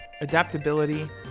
Adaptability